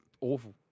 awful